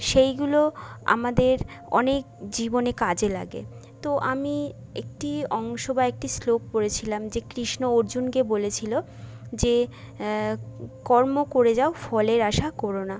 সেইগুলো আমাদের অনেক জীবনে কাজে লাগে তো আমি একটি অংশ বা একটি শ্লোক পড়েছিলাম যে কৃষ্ণ অর্জুনকে বলেছিলো যে কর্ম করে যাও ফলের আশা করো না